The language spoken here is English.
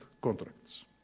contracts